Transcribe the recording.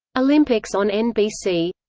olympics on nbc